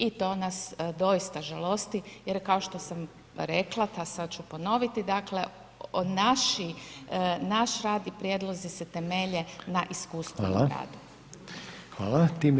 I to nas doista žalosti jer kao što sam rekla a sad ću ponoviti, dakle naš rad i prijedlozi se temelje na iskustvu i radu.